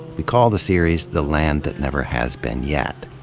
we call the series, the land that never has been yet.